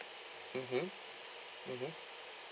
mmhmm mmhmm